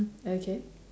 okay